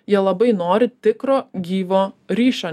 jie labai nori tikro gyvo ryšio